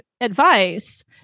advice